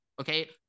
okay